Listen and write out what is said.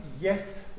yes